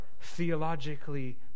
theologically